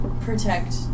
protect